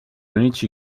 unici